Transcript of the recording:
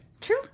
True